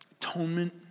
Atonement